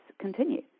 continue